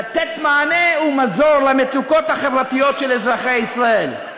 לתת מענה ומזור למצוקות החברתיות של אזרחי ישראל,